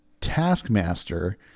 Taskmaster